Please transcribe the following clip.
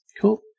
Cool